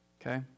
Okay